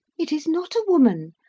it is not a woman,